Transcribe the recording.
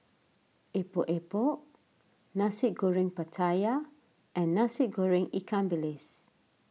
Epok Epok Nasi Goreng Pattaya and Nasi Goreng Ikan Bilis